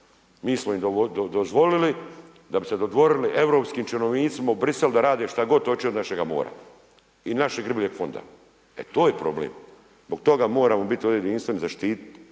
Mi smo im dozvolili da bi se dodvorili europskim činovnicima u Brisel da rade što god hoće od našega mora i našeg ribljeg fonda, e to je problem. Zbog toga moramo ovdje biti jedinstveni, zaštititi